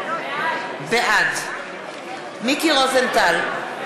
בעד מיקי רוזנטל,